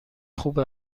خوب